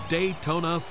Daytona